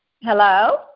Hello